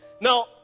Now